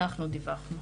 אנחנו דיווחנו.